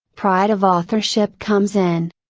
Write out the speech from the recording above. pride of authorship comes in.